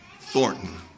Thornton